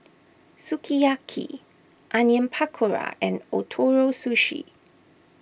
Sukiyaki Onion Pakora and Ootoro Sushi